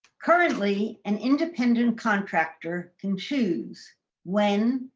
currently, an independent contractor can choose when,